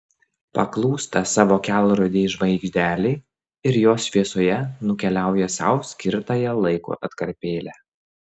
paklūsta savo kelrodei žvaigždelei ir jos šviesoje nukeliauja sau skirtąją laiko atkarpėlę